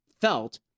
felt